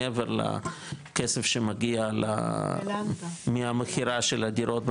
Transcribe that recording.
מעבר לכסף שמגיע מהמכירה של הדירות,